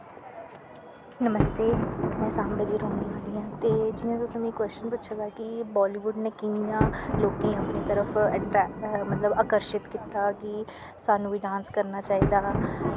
नमस्ते में सांबे दी रोह्ने आह्ली आं ते जियां तुसैं मिगी क्वौशन पुच्छे दा कि बालीवुड नै कि'यां लोकें गी अपनी तरफ अटै मतलव अकर्शित कीता कि साह्नू बी डान्स करना चाहिदा